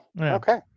Okay